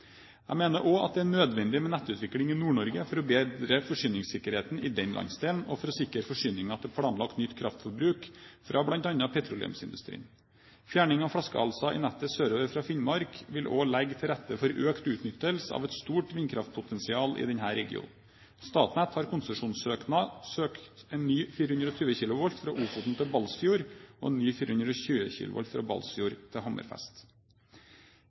Jeg mener også at det er nødvendig med nettutvikling i Nord-Norge for å bedre forsyningssikkerheten i den landsdelen, og for å sikre forsyning til planlagt nytt kraftforbruk fra bl.a. petroleumsindustrien. Fjerning av flaskehalser i nettet sørover fra Finnmark vil også legge til rette for økt utnyttelse av et stort vindkraftpotensial i denne regionen. Statnett har konsesjonssøkt en ny 420 kV fra Ofoten til Balsfjord og en ny 420 kV fra Balsfjord til Hammerfest.